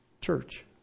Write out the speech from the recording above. church